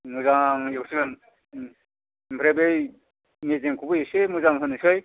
मोजाङै एवसिगोन ओमफ्राय बै मेजेमखौबो एसे मोजां होनोसै